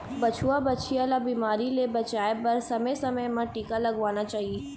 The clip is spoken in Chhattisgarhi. बछवा, बछिया ल बिमारी ले बचाए बर समे समे म टीका लगवाना चाही